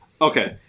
Okay